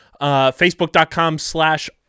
Facebook.com/slash